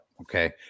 Okay